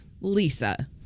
Lisa